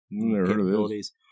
capabilities